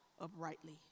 uprightly